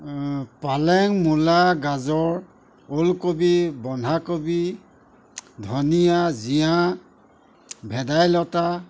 পালেং মূলা গাজৰ ওলকবি বন্ধাকবি ধনিয়া জিঞা ভেদাইলতা